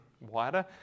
wider